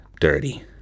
dirty